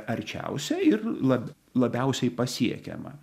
arčiausia ir la labiausiai pasiekiama